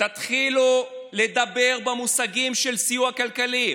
תתחילו לדבר במושגים של סיוע כלכלי,